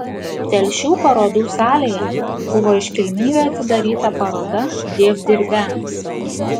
telšių parodų salėje buvo iškilmingai atidaryta paroda dievdirbiams